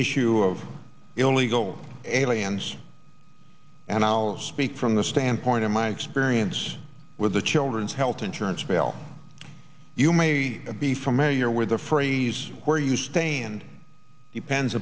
issue of illegal aliens and i'll speak from the standpoint of my experience with the children's health insurance bill you may be familiar with the freeze where you stand depends